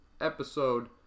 Episode